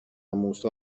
موسی